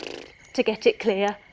to get it clear.